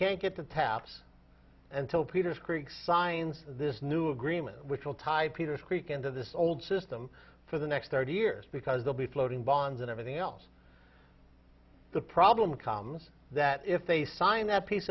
can't get the taps until peter's creek signs this new agreement which will tie peter's creek into this old system for the next thirty years because they'll be floating bonds and everything else the problem comes that if they sign that piece